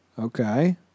Okay